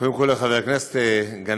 קודם כול לחבר הכנסת גנאים,